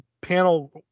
panel